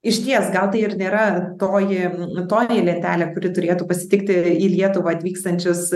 išties gal tai ir nėra toji nu toji lentelė kuri turėtų pasitikti į lietuvą atvykstančius